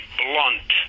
blunt